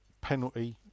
Penalty